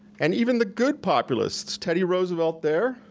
and even the good populists, teddy roosevelt there,